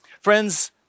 Friends